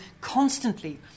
constantly